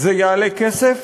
זה יעלה כסף,